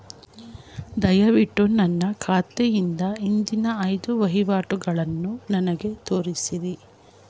ದಯವಿಟ್ಟು ನನ್ನ ಖಾತೆಯಿಂದ ಹಿಂದಿನ ಐದು ವಹಿವಾಟುಗಳನ್ನು ನನಗೆ ತೋರಿಸಿ